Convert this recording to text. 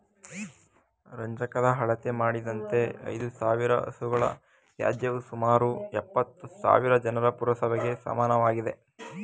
ರಂಜಕದ ಅಳತೆ ಮಾಡಿದಂತೆ ಐದುಸಾವಿರ ಹಸುಗಳ ತ್ಯಾಜ್ಯವು ಸುಮಾರು ಎಪ್ಪತ್ತುಸಾವಿರ ಜನರ ಪುರಸಭೆಗೆ ಸಮನಾಗಿದೆ